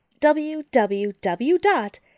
www